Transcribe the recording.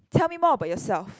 tell me more about yourself